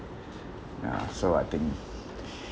uh so I think